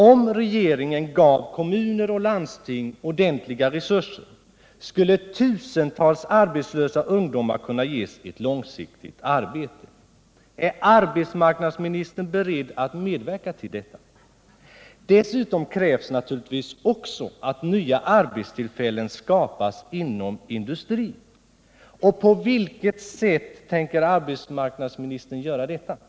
Om regeringen gav kommuner och landsting ordentliga resurser, skulle tusentals arbetslösa ungdomar kunna ges ett långsiktigt arbete. Är arbetsmarknadsministern beredd att medverka till detta? Dessutom krävs naturligtvis också att nya arbetstillfällen skapas inom industrin. På vilket sätt tänker arbetsmarknadsministern medverka till detta?